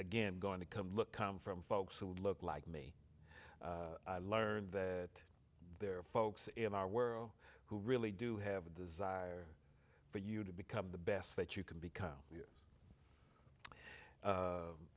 again going to come look come from folks who look like me i learned that there are folks in our world who really do have a desire for you to become the best that you can become